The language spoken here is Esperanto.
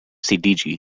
sidiĝi